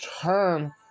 turn